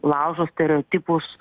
laužo stereotipus